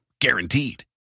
Guaranteed